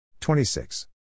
26